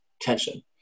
Tension